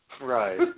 Right